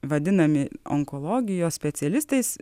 vadinami onkologijos specialistais